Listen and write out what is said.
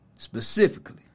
Specifically